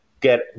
get